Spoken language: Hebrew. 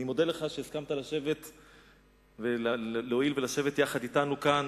אני מודה לך על שהסכמת להואיל ולשבת יחד אתנו כאן